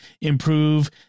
improve